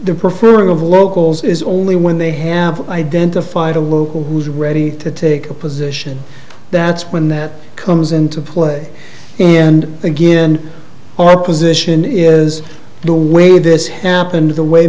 of locals is only when they have identified a local who's ready to take a position that's when that comes into play and again our position is the way this happened the way